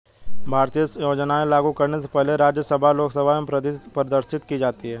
भारतीय योजनाएं लागू करने से पहले राज्यसभा लोकसभा में प्रदर्शित की जाती है